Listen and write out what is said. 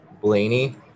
Blaney